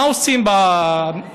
מה עושים בחיזוק?